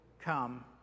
come